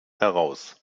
heraus